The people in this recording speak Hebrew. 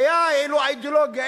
היתה לו אידיאולוגיה.